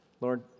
Lord